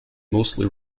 mostly